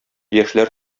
яшьләр